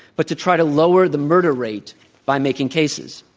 but to try to lower the murder rate by making cases.